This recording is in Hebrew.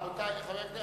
רבותי חברי הכנסת,